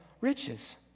riches